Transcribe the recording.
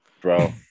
bro